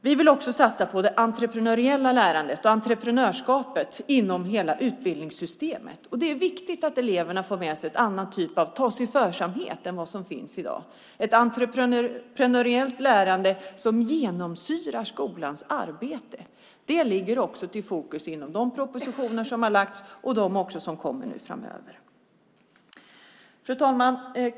Vi vill också satsa på det entreprenöriella lärandet och entreprenörskapet inom hela utbildningssystemet. Det är viktigt att eleverna får med sig en annan typ av "ta-sig-församhet" än vad som finns i dag. Ett entreprenöriellt lärande ska genomsyra skolans arbete. Fokus på detta läggs i de propositioner som har lagts fram och som kommer att läggas fram framöver. Fru talman!